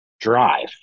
drive